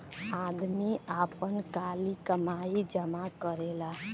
आदमी आपन काली कमाई जमा करेला